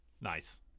Nice